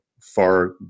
far